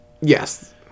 yes